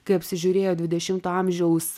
kai apsižiūrėjo dvidešimto amžiaus